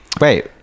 Wait